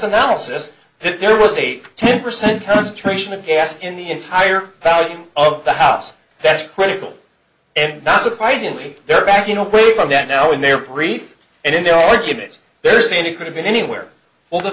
analysis that there was a ten percent concentration of gas in the entire value of the house that's credible and not surprisingly they're backing away from that now in their brief and in their argument they're saying it could have been anywhere all the